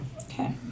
okay